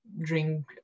drink